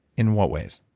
in what ways?